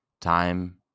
Time